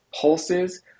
pulses